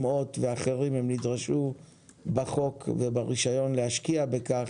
עם הוט ואחרים הם נדרשו בחוק וברישיון להשקיע בכך,